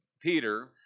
Peter